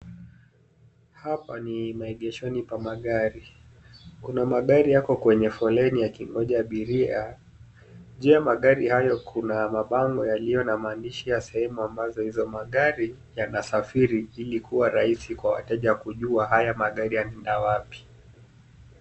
Hapa ni maegeshoni pa magari. Kuna magari yako kwenye foleni yakingoja abiria. Juu ya magari hayo kuna mabango yaliyo na maandishi ya sehemu ambazo hizo magari yanasafiri ili kuwa rahisi kwa wateja kujua haya magari yanaenda wapi.